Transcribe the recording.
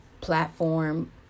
platform